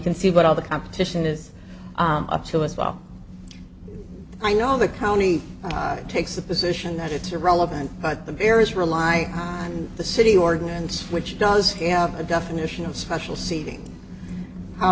can see what all the competition is up to us well i know the county takes the position that it's irrelevant but the various rely on the city ordinance which does have a definition of special seating how